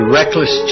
reckless